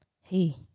hey